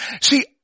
See